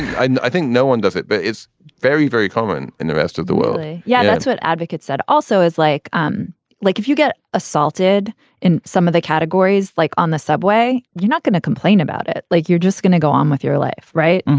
i think no one does it, but it's very, very common in the rest of the world yeah, that's what advocates said. also, as like um like if you get assaulted in some of the categories, like on the subway, you're not going to complain about it. like you're just going to go on with your life. right.